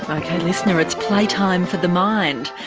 ok listener, it's playtime for the mind.